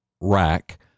rack